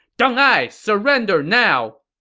deng ai, surrender now!